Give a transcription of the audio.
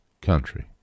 country